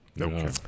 Okay